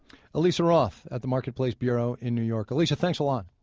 alisa roth at the marketplace bureau in new york. alisa, thanks a lot.